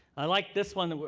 i like this one.